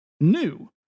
new